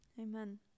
amen